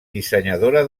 dissenyadora